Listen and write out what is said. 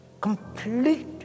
complete